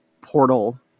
portal